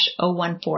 014